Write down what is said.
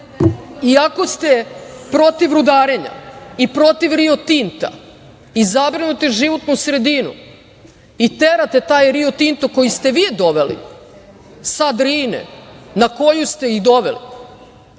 i ako ste protiv rudarenja i protiv Rio Tinta, zabrinuti za životnu sredinu i terate taj Rio Tinto koji ste vi doveli sa Drine, na koju ste ih doveli,